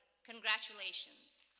congratulations.